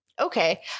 Okay